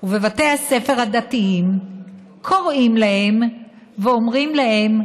ובבתי הספר הדתיים קוראים להם ואומרים להם: